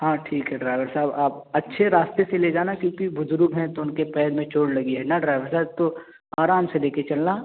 ہاں ٹھیک ہے ڈرائیور صاحب آپ اچھے راستے سے لے جانا کیوں کہ بزرگ ہیں تو ان کے پیر میں چوٹ لگی ہے نا ڈرائیور صاحب تو آرام سے لے کے چلنا